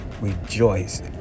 rejoice